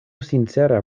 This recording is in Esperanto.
sincera